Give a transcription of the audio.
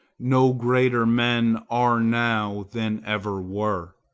no greater men are now than ever were.